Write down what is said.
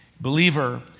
believer